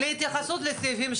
אני קודם כל אנסה להסביר את התיקונים,